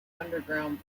underground